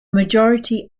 majority